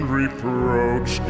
reproach